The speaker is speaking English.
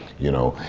you know.